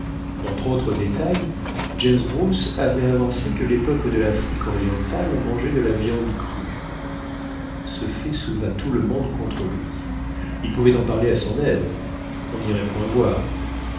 entre autres détails james bruce avait avancé que les peuples de l'afrique orientale mangeaient de la viande crue ce fait souleva tout le monde contre lui il pouvait en parler à son aise on n'irait point voir